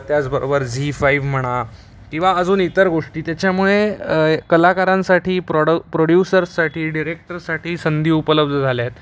त्याचबरोबर Zee five म्हणा किंवा अजून इतर गोष्टी त्याच्यामुळे कलाकारांसाठी प्रॉड प्रोड्युसर्ससाठी डिरेक्टर्ससाठी संधी उपलब्ध झाल्या आहेत